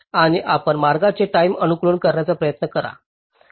आणि आपण मार्गाची टाईम अनुकूल करण्याचा प्रयत्न करा